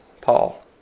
Paul